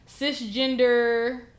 cisgender